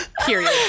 Period